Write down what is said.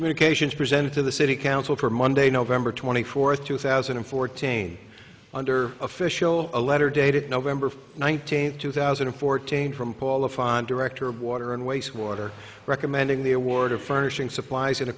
communications presented to the city council for monday november twenty fourth two thousand and fourteen under official a letter dated november nineteenth two thousand and fourteen from paul of fine director of water and wastewater recommending the award of furnishing supplies and